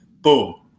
Boom